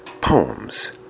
poems